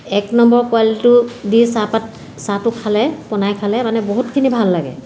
এক নম্বৰ কোৱালিটিটো দি চাহপাত চাহটো খালে বনাই খালে মানে বহুতখিনি ভাল লাগে